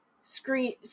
screen